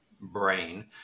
brain